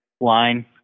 line